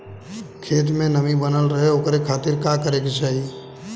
खेत में नमी बनल रहे ओकरे खाती का करे के चाही?